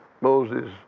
Moses